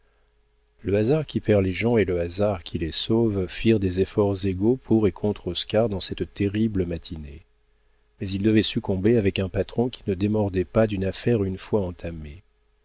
le hasard qui perd les gens et le hasard qui les sauve firent des efforts égaux pour et contre oscar dans cette terrible matinée mais il devait succomber avec un patron qui ne démordait pas d'une affaire une fois entamée